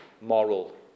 moral